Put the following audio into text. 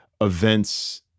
events